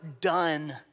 done